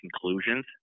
conclusions